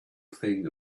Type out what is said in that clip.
thing